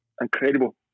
incredible